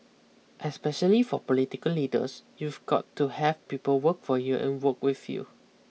especially for political leaders you've got to have people work for you and work with you